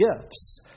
gifts